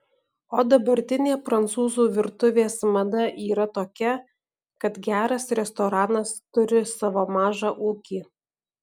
o dabartinė prancūzų virtuvės mada yra tokia kad geras restoranas turi savo mažą ūkį